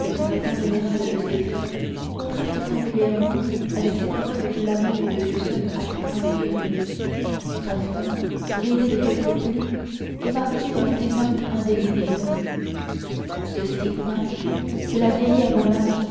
l'expression générale de ses traits contraste singulièrement avec ces paroles que l'amour de dieu seul a pu inspirer son front ridé de quelques plis est marqué d'un stygmate indélébile ce stygmate qui l'a vieilli avant l'âge